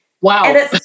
Wow